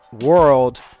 world